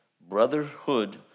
brotherhood